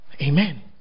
Amen